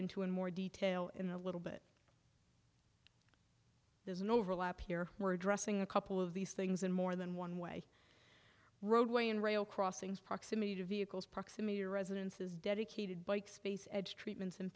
in more detail in a little bit there's an overlap here we're addressing a couple of these things in more than one way roadway and rail crossings proximity to vehicles proximity to residences dedicated bike space edge treatments and